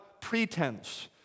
pretense